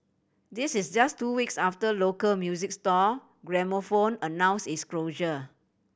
this is just two weeks after local music store Gramophone announced its closure